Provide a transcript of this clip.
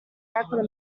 record